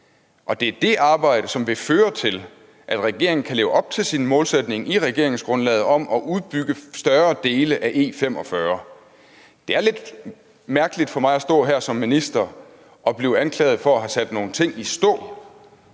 det er det arbejde, som vil føre til, at regeringen kan leve op til sin målsætning i regeringsgrundlaget om at udbygge større dele af E45. Det er lidt mærkeligt for mig som minister at stå her og blive anklaget for at have sat nogle ting i stå,